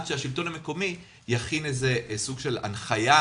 שהשלטון המקומי יכין איזה סוג של הנחיה,